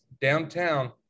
downtown